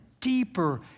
deeper